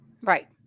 Right